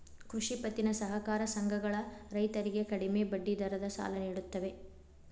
ಕೃಷಿ ಪತ್ತಿನ ಸಹಕಾರ ಸಂಘಗಳ ರೈತರಿಗೆ ಕಡಿಮೆ ಬಡ್ಡಿ ದರದ ಸಾಲ ನಿಡುತ್ತವೆ